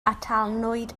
atalnwyd